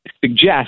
suggest